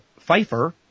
Pfeiffer